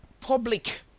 public